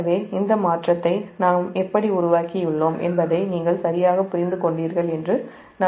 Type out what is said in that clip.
எனவே இந்த மாற்றத்தை நாம் எப்படி உருவாக்கியுள்ளோம் என்பதை நீங்கள் சரியாக புரிந்து கொண்டீர்கள் என்று நம்புகிறேன்